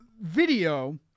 video